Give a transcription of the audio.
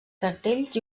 cartells